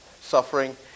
suffering